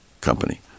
company